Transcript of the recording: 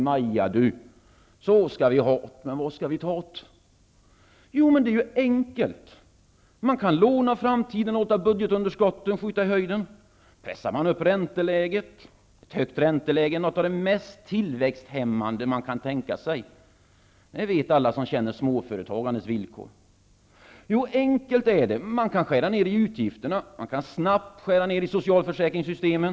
Maja du! Så ska vi ha't! Men var ska vi ta't? Men det är enkelt. Man kan låna av framtiden och låta budgetunderskotten skjuta i höjden. Då pressar man upp ränteläget. Ett högt ränteläge är något av det mest tillväxthämmande man kan tänka sig. Det vet alla som känner småföretagandets villkor. Jo, enkelt är det. Man kan skära ned i utgifterna. Man kan snabbt skära ned i socialförsäkringssystemen.